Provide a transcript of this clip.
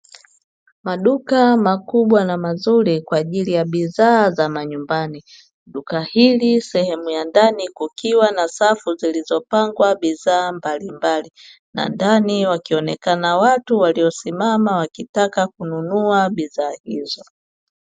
Maduka makubwa na mazuri kwaajili ya bidhaa za majumbani, duka hili sehemu ya ndani kukiwa na safu zilizopangwa bidhaa mbalimbali na ndani, wakionekana watu waliosimama wakitaka kununua bidhaa hizo.